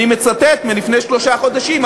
אני מצטט מלפני שלושה חודשים,